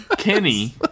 Kenny